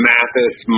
Mathis